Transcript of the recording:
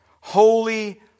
Holy